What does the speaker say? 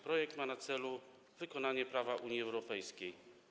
Projekt ma na celu wykonanie prawa Unii Europejskiej.